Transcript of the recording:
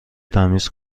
تمیز